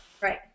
Right